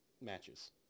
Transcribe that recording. Matches